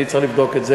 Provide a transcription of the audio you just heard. אני צריך לבדוק את זה,